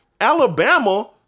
Alabama